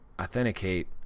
authenticate